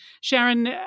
sharon